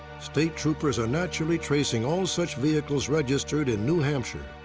state troopers are naturally tracing all such vehicles registered in new hampshire.